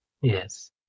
yes